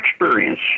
experience